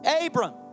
Abram